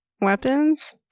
weapons